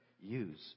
use